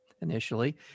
initially